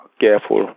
careful